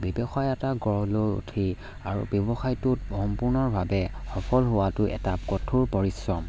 ব্যৱসায় এটা গঢ়লৈ উঠি আৰু ব্যৱসায়টোত সম্পূৰ্ণভাৱে সফল হোৱাটো এটা কঠোৰ পৰিশ্ৰম